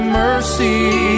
mercy